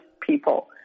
people